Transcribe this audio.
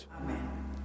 Amen